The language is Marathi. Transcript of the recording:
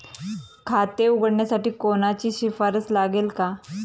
खाते उघडण्यासाठी कोणाची शिफारस लागेल का?